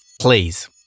Please